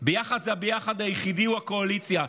ביחד, ה"ביחד" היחיד זה הקואליציה.